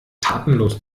tatenlos